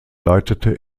leitete